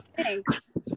thanks